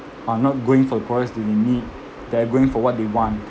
are not going for the products that they need they're going for what they want